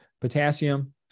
potassium